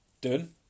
done